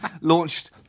launched